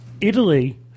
Italy